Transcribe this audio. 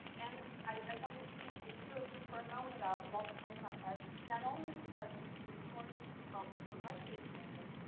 and i mean i wanted to speak to you ah for a moment about walter prescott webb not only because he's a historian who helped to write this narrative,